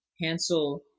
Hansel